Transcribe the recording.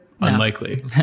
Unlikely